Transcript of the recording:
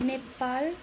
Nepal